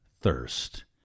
thirst